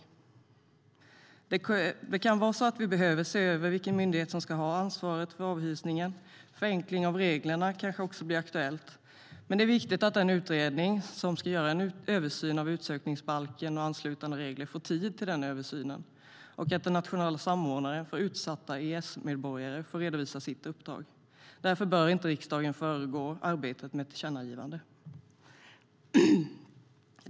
Det kan vara så att man behöver se över vilken myndighet som ska ha ansvaret för avhysningen. Förenkling av reglerna kanske också blir aktuellt, men det är viktigt att den utredning som ska göra en översyn av utsökningsbalken och anslutande regler får tid till översynen och att den nationella samordnaren för utsatta EES-medborgare får redovisa sitt uppdrag. Herr talman!